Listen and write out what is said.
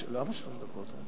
למה שלוש דקות?